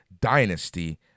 Dynasty